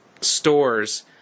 stores